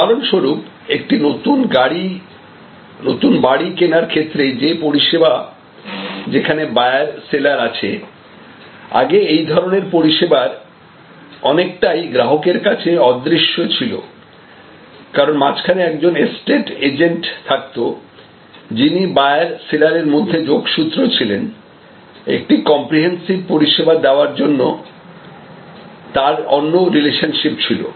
উদাহরণস্বরূপ একটি নতুন বাড়ি কেনার ক্ষেত্রে যে পরিষেবা যেখানে বায়ার সেলার আছে আগে এই ধরনের পরিষেবার অনেকটা গ্রাহকের কাছে অদৃশ্য ছিল কারন মাঝখানে একজন এস্টেট এজেন্ট থাকতেন যিনি বায়ার সেলারের মধ্যে যোগসূত্র ছিলেন একটি কম্প্রিহেনসিভ পরিষেবা দেবার জন্য তার অন্য রিলেশনশিপ ছিলো